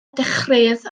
dechreuodd